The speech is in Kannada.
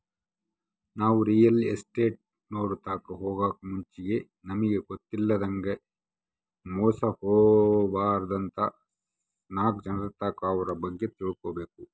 ನಾವು ರಿಯಲ್ ಎಸ್ಟೇಟ್ನೋರ್ ತಾಕ ಹೊಗಾಕ್ ಮುಂಚೆಗೆ ನಮಿಗ್ ಗೊತ್ತಿಲ್ಲದಂಗ ಮೋಸ ಹೊಬಾರ್ದಂತ ನಾಕ್ ಜನರ್ತಾಕ ಅವ್ರ ಬಗ್ಗೆ ತಿಳ್ಕಬಕು